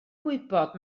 gwybod